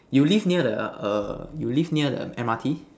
you live near the err you live near the M_R_T